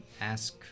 ask